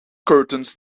curtains